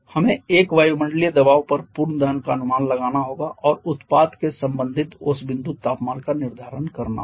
हमें 1 वायुमंडलीय दबाव पर पूर्ण दहन का अनुमान लगाना होगा और उत्पाद के संबंधित ओस बिंदु तापमान का निर्धारण करना होगा